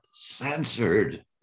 censored